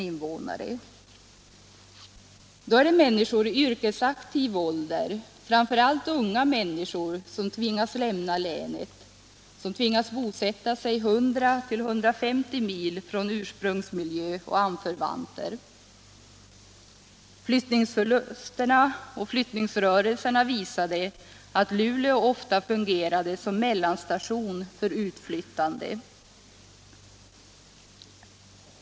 Det gäller då människor i yrkesaktiv ålder, framför allt unga människor, som tvingats lämna länet och bosätta sig 100-150 mil från ursprungsmiljö och anförvanter. Flyttningsrörelserna visade att Luleå ofta fungerade som mellanstation för utflyttande.